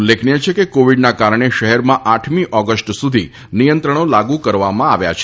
ઉલ્લેખનીય છે કે કોવિડના કારણે શહેરમાં આઠમી ઓગસ્ટ સુધી નિયંત્રણો લાગુ કરવામાં આવ્યા છે